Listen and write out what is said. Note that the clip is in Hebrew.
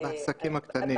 בעסקים הקטנים.